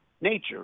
nature